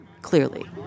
clearly